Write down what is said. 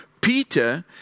Peter